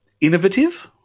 innovative